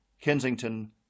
Kensington